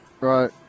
Right